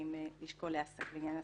שצריכים לשקול לעניין העסקה.